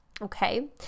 okay